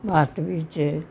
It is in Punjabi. ਭਾਰਤ ਵਿੱਚ